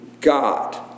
God